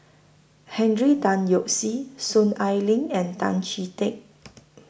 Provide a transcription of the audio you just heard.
Henry Tan Yoke See Soon Ai Ling and Tan Chee Teck